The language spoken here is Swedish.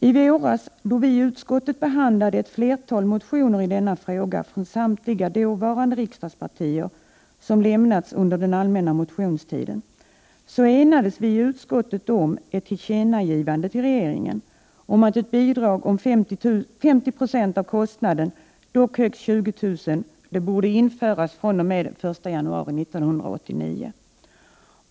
I våras då vi i utskottet i denna fråga behandlade ett flertal motioner, som lämnats under allmänna motionstiden från samtliga dåvarande riksdagspartier, enades vi om ett tillkännagivande till regeringen om att ett bidrag om 50 90 av kostnaden, dock högst 20 000 kr., borde införas den 1 januari 1989.